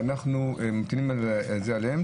ואנחנו מטילים את זה עליהם.